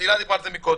תהלה דיברה על זה קודם.